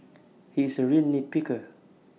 he is A real nit picker